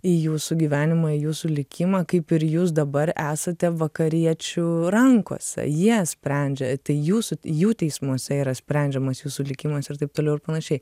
į jūsų gyvenimą į jūsų likimą kaip ir jūs dabar esate vakariečių rankose jie sprendžia tai jūsų jų teismuose yra sprendžiamas jūsų likimas ir taip toliau ir panašiai